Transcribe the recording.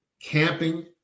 camping